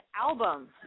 album